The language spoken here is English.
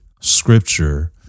Scripture